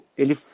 ele